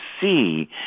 see